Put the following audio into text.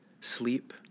sleep